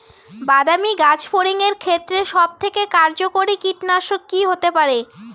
বাদামী গাছফড়িঙের ক্ষেত্রে সবথেকে কার্যকরী কীটনাশক কি হতে পারে?